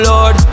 Lord